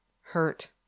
hurt